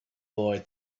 boy